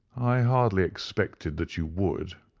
i hardly expected that you would.